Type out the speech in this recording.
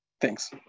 Thanks